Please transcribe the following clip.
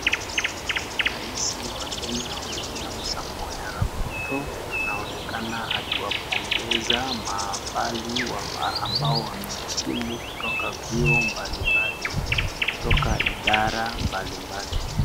Raisi wa Kenya William samoei arap Ruto anaonekana akiwapongeza maafali ambao wamehitimu katoka vyuo mbalimbali kutoka idara mbalimbali.